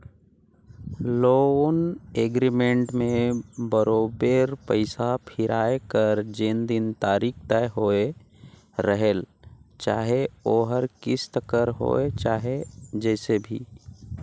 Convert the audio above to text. loan agreement में बरोबेर पइसा फिराए कर जेन दिन तारीख तय होए रहेल चाहे ओहर किस्त कर होए चाहे जइसे भी